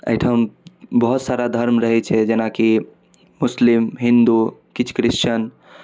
एहिठाम बहुत सारा धर्म रहै छै जेनाकि मुस्लिम हिंदू किछु क्रिस्चन